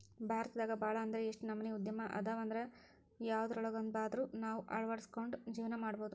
ಭಾರತದಾಗ ಭಾಳ್ ಅಂದ್ರ ಯೆಷ್ಟ್ ನಮನಿ ಉದ್ಯಮ ಅದಾವಂದ್ರ ಯವ್ದ್ರೊಳಗ್ವಂದಾದ್ರು ನಾವ್ ಅಳ್ವಡ್ಸ್ಕೊಂಡು ಜೇವ್ನಾ ಮಾಡ್ಬೊದು